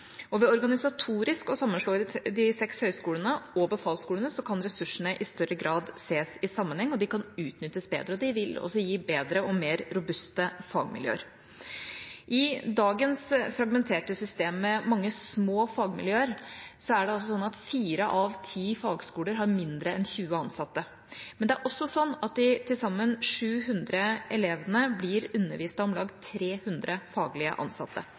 Ved organisatorisk å sammenslå de seks høyskolene og befalsskolene kan ressursene i større grad ses i sammenheng. De kan utnyttes bedre. Det vil også gi bedre og mer robuste fagmiljøer. I dagens fragmenterte system, med mange små fagmiljøer, er det sånn at fire av ti fagskoler har færre enn 20 ansatte. Men det er også sånn at de til sammen 700 elevene blir undervist av om lag 300 faglig ansatte.